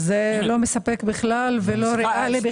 זה לא מספק בכלל ולא ריאלי.